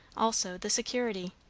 also the security.